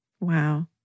Wow